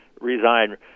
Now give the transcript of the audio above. resign